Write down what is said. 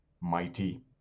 mighty